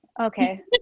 Okay